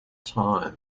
time